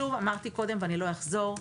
שוב, אמרתי קודם ולא אחזור.